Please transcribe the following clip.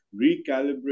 recalibrate